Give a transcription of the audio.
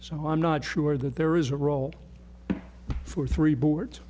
so i'm not sure that there is a role for three boards